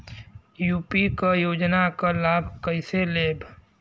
UP क योजना क लाभ कइसे लेब?